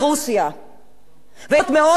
ויכול מאוד להיות שמחפשים שם גם עורך ראשי,